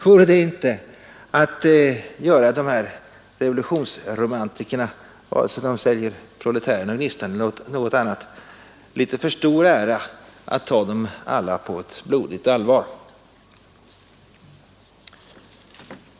Vore det inte att visa dessa revolutionsromantiker, vare sig de säljer ”Proletären” och ”Gnistan” eller något annat, litet för stor ära att ta dem alla på blodigt allvar?